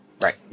Right